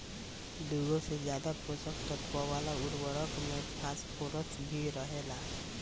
दुगो से ज्यादा पोषक तत्व वाला उर्वरक में फॉस्फोरस भी रहेला